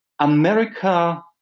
America